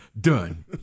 Done